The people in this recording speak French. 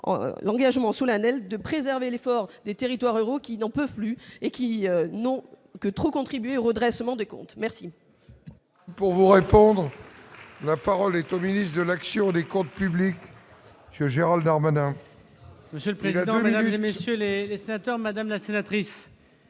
l'engagement solennel de préserver l'effort des territoires ruraux qui n'en peut plus et qui n'ont que trop contribuer au redressement des comptes merci.